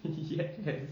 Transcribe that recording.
has